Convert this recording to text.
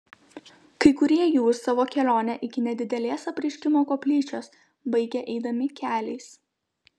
kai kurie jų savo kelionę iki nedidelės apreiškimo koplyčios baigė eidami keliais